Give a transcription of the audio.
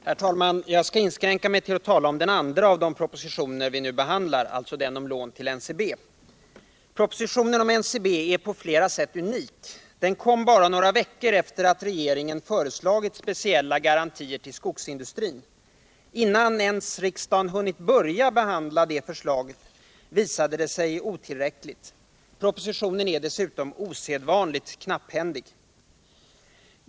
Herr talman! Jag skall inskränka mig till att tala om den andra av de propositioner vi nu behandlar, den om lån till NCB. Propositionen om NCB är på flera sätt unik. Den kom bara några veckor efter det att regeringen föreslagit speciella garantier till skogsindustrin. Innan riksdagen ens hunnit börja behandla det förslaget visade det sig otillräckligt. Propositionen är dessutom osedvanligt knapphändig.